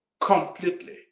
completely